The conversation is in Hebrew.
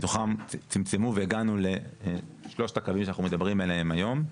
מתוכן צמצמו והגענו לשלושת הקווים שאנחנו מדברים עליהם היום.